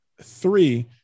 three